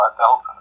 Delta